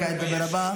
כעת הדובר הבא,